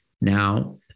Now